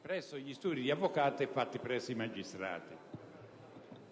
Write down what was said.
presso gli studi legali a quella svolta presso i magistrati.